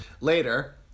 Later